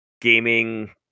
gaming